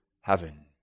heaven